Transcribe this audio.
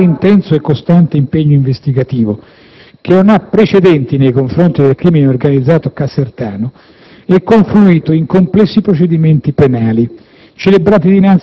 Tale intenso e costante impegno investigativo, che non ha precedenti nei confronti del crimine organizzato casertano, è confluito in complessi procedimenti penali,